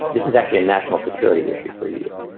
this is actually a national security issue for you.